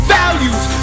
values